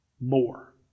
more